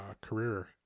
career